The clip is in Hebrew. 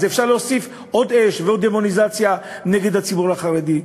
אז אפשר להוסיף עוד אש ועוד דמוניזציה נגד הציבור החרדי.